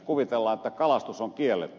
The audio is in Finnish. kuvitellaan että kalastus on kielletty